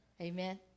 Amen